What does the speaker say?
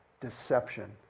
deception